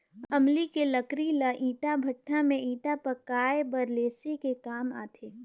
अमली के लकरी ल ईटा भट्ठा में ईटा पकाये बर लेसे के काम आथे